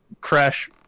crash